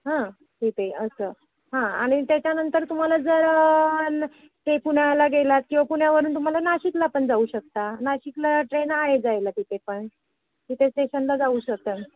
हं तिथे असं हां आणि त्याच्यानंतर तुम्हाला जर ते पुण्याला गेलात किंवा पुण्यावरून तुम्हाला नाशिकला पण जाऊ शकता नाशिकला ट्रेन आहे जायला तिथे पण तिथे स्टेशनला जाऊ शकाल